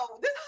no